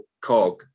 cog